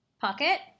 Pocket